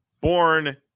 born